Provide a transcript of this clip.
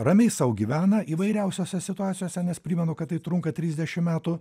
ramiai sau gyvena įvairiausiose situacijose nes primenu kad tai trunka trisdešim metų